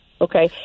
Okay